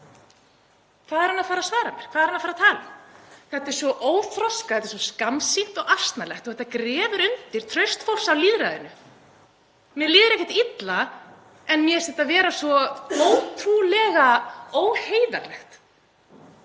Hverju er hann að fara að svara mér? Hvað er hann að fara að tala um? Þetta er svo óþroskað. Þetta er svo skammsýnt og asnalegt og þetta grefur undan trausti fólks á lýðræðinu. Mér líður ekkert illa en mér finnst þetta vera svo ótrúlega óheiðarlegt